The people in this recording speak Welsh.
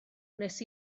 wnes